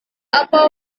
apa